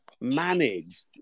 manage